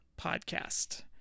podcast